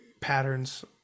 patterns